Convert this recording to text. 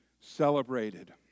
celebrated